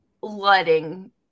letting